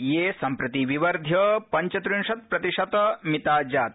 ये सम्प्रति विवर्ध्य पंचत्रिंशत् प्रतिशतमिता जाता